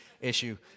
issue